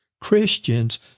Christians